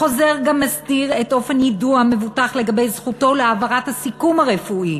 החוזר גם מסדיר את אופן יידוע המבוטח לגבי זכותו להעברת הסיכום הרפואי,